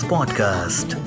Podcast